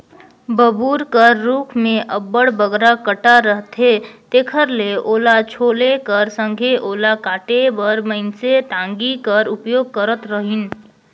बबूर कर रूख मे अब्बड़ बगरा कटा रहथे तेकर ले ओला छोले कर संघे ओला काटे बर मइनसे टागी कर उपयोग करत रहिन